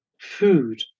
food